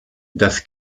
das